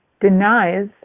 denies